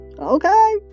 Okay